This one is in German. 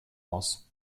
moss